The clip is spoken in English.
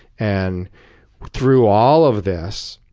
and through all of this,